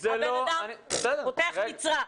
הבן אדם פותח ניצרה.